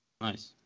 Nice